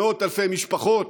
מאות אלפי משפחות